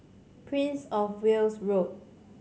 Prince Of Wales Road